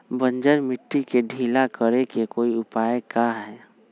बंजर मिट्टी के ढीला करेके कोई उपाय है का?